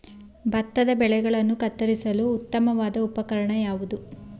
ಭತ್ತದ ಬೆಳೆಗಳನ್ನು ಕತ್ತರಿಸಲು ಉತ್ತಮವಾದ ಉಪಕರಣ ಯಾವುದು?